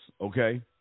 okay